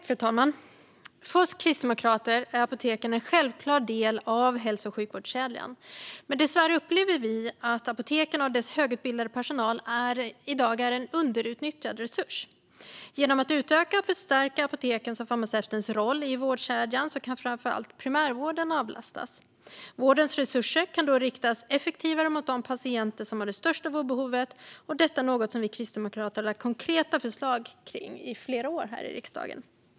Fru talman! För oss kristdemokrater är apoteken en självklar del av hälso och sjukvårdskedjan. Men dessvärre upplever vi att apoteken och deras högutbildade personal i dag är en underutnyttjad resurs. Genom att utöka och förstärka apotekens och farmaceutens roll i vårdkedjan kan framför allt primärvården avlastas. Vårdens resurser kan då riktas effektivare mot de patienter som har det största vårdbehovet. Detta är något som vi kristdemokrater har lagt fram konkreta förslag om i flera år här i riksdagen.